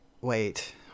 wait